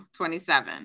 27